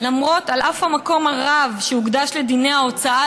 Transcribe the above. על אף המקום הרב שהוקדש לדיני ההוצאה